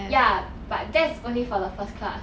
ya but that's only for the first class